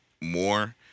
more